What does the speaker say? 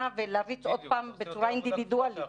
ולהריץ עוד פעם בצורה אינדיבידואלית.